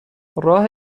راه